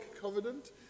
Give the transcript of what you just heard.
covenant